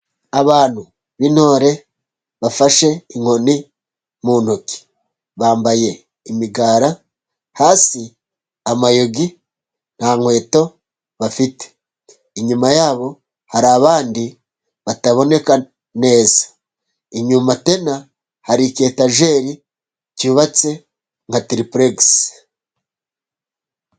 Abantu b'intore bafashe inkoni mu ntoki. Bambaye imigara, hasi amayogi, nta nkweto bafite .Inyuma yabo hari abandi bataboneka neza, inyuma hari iki etajeri cyubatswe na triplex.